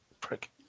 prick